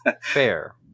Fair